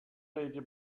lady